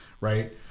right